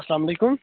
اَسلام علیکُم